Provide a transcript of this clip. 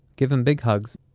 give him big hugs,